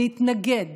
להתנגד